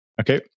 Okay